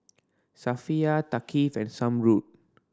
Safiya Thaqif and Zamrud